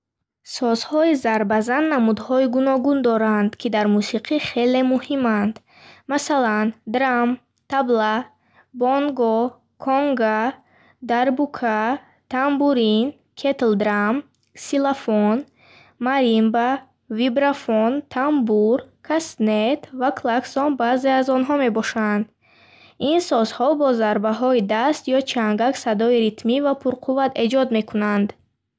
Созҳои зарбазан намудҳои гуногун доранд, ки дар мусиқӣ хеле муҳиманд. Масалан, драм, табла, бонго, конга, дарбӯка, тамбурин, кетл-драм, ксилофон, маримба, вибрафон, тамбур, кастнет, ва клаксон баъзе аз онҳо мебошанд. Ин созҳо бо зарбаҳои даст ё чангак садои ритмӣ ва пурқувват эҷод мекунанд.